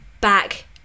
back